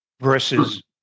versus